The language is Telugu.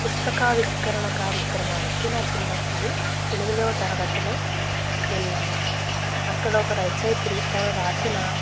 పుస్తకావిష్కరణ కార్యక్రమానికి నా చిన్నప్పుడు ఎనిమిదో తరగతిలో వెళ్ళాను అక్కడ ఒక రచయిత్రీ తను రాశిన